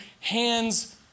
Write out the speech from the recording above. hands